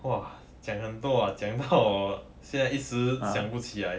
!wah! 讲很多 ah 讲到我现在一时想不起来